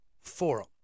Forum